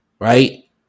Right